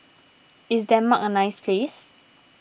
is Denmark a nice place